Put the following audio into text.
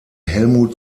helmut